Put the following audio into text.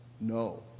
no